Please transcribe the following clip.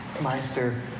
Meister